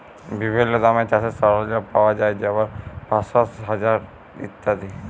বিভিল্ল্য দামে চাষের সরল্জাম পাউয়া যায় যেমল পাঁশশ, হাজার ইত্যাদি